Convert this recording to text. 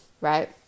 right